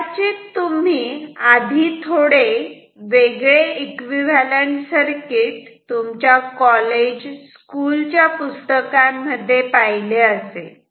कदाचित तुम्ही आधी थोडे वेगळे एकविव्हॅलंट सर्किट तुमच्या कॉलेज स्कूल च्या पुस्तका मध्ये पाहिले असेल